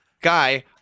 guy